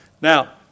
Now